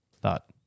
thought